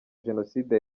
jenoside